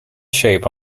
shape